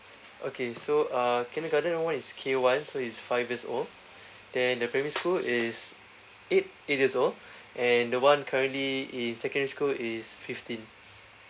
okay so uh kindergarten one is K one so it's five years old then the primary school is eight eight years old and the one currently in secondary school is fifteen